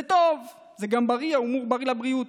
זה טוב, זה גם בריא, ההומור בריא לבריאות.